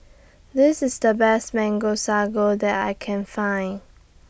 This IS The Best Mango Sago that I Can Find